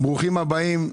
ברוכים הבאים,